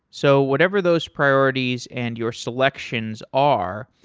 so whatever those priorities and your selections are,